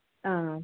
ആ ആ